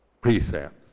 precepts